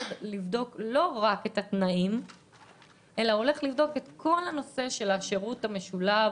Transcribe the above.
לבדוק לא רק את התנאים אלא את כל נושא השירות המשולב